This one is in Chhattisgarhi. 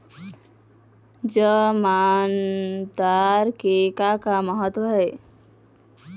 जमानतदार के का महत्व हे?